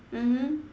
mmhmm